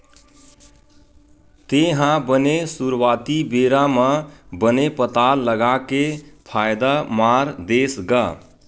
तेहा बने सुरुवाती बेरा म बने पताल लगा के फायदा मार देस गा?